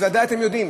ודאי אתם יודעים,